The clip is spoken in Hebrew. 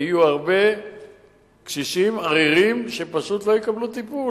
יהיו הרבה קשישים עריריים שפשוט לא יקבלו טיפול,